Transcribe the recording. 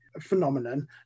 phenomenon